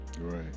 Right